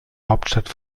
hauptstadt